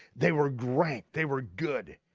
they were great, they were good.